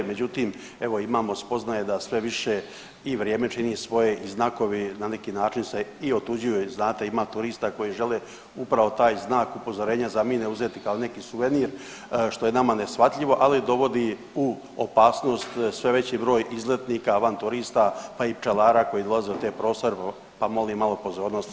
Međutim, evo imamo spoznaje da sve više i vrijeme čini svoje i znakovi na neki način se i otuđuju, znate ima turista koji žele upravo taj znak upozorenja zamijene uzeti kao neki suvenir što je nama neshvatljivo, ali dovodi u opasnost sve veći broj izletnika van turista pa i pčelara koji dolaze u te prostore pa molim pozornosti u tom kontekstu.